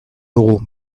dugu